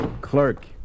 Clerk